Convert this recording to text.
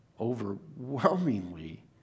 overwhelmingly